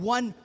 One